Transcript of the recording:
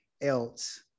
else